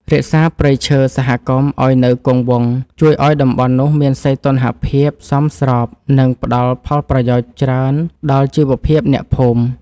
រក្សាព្រៃឈើសហគមន៍ឱ្យនៅគង់វង្សជួយឱ្យតំបន់នោះមានសីតុណ្ហភាពសមស្រប និង ផ្ដល់ផលប្រយោជន៍ច្រើនដល់ជីវភាពអ្នកភូមិ។